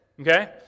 okay